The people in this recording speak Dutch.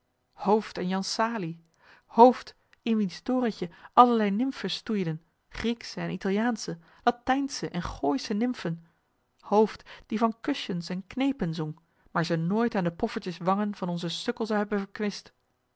en jan salie hooft in wiens torentje allerlei nymphen stoeiden grieksche en italiaansche latijnsche en gooische nymphen hooft die van kusjens en knepen zong maar ze nooit aan de poffertjes wangen van onzen sukkel zou hebben verkwist